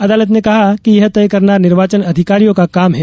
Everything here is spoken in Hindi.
अदालत ने कहा कि यह तय करना निर्वाचन अधिकारियों का काम है